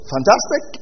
Fantastic